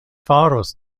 faros